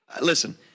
listen